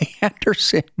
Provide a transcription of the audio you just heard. Anderson